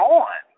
on